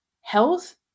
health